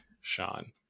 Sean